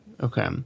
Okay